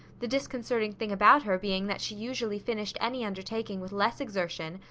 the disconcerting thing about her being that she usually finished any undertaking with less exertion,